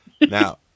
Now